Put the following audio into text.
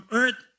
earth